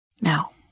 Now